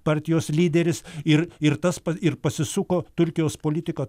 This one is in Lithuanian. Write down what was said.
partijos lyderis ir ir tas pat ir pasisuko turkijos politika